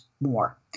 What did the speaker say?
more